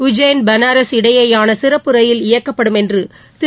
உஜ்ஜைள் பனாரஸ் இடையேயாள சிறப்பு ரயில் இயக்கப்படும் என்று திரு